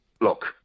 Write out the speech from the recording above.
look